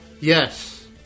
Yes